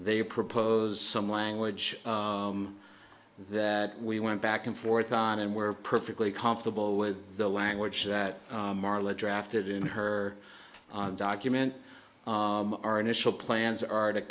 they propose some language that we went back and forth on and were perfectly comfortable with the language that marla drafted in her document our initial plans are to